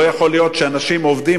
לא יכול להיות שאנשים עובדים,